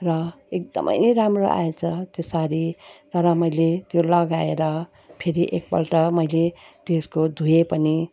र एकदमै राम्रो आएछ त्यो सारी तर मैले त्यो लगाएर फेरि एकपल्ट मैले त्यसको धोएँ पनि